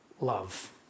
love